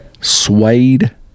suede